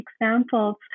examples